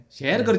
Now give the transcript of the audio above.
share